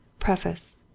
PREFACE